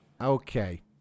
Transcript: Okay